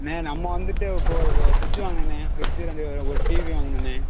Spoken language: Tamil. அண்ணே நம்ம வந்துட்டு இப்போது ஃப்ரிட்ஜ் வாங்கணுண்ணே ஃப்ரிட்ஜ்ஜி வந்து ஒரு டிவி வாங்கணுண்ணே